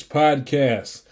podcast